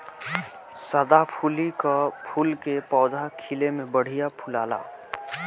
सदाफुली कअ फूल के पौधा खिले में बढ़िया फुलाला